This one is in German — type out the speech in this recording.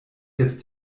jetzt